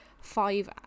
five